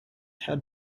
had